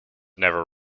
never